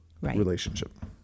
relationship